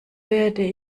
werde